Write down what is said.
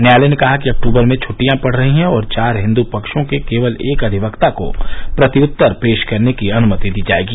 न्यायालय ने कहा कि अक्तूबर में छुट्टियां पड़ रही हैं और चार हिन्दु पक्षों के केवल एक अधिवक्ता को प्रत्युत्तर पेश करने की अनुमति दी जाएगी